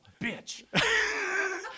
Bitch